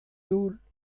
daol